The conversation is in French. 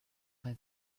est